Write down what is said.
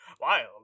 Wild